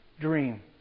Dream